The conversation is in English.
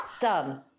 done